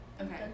Okay